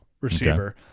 receiver